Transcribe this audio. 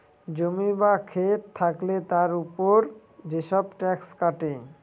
জমি বা খেত থাকলে তার উপর যেসব ট্যাক্স কাটে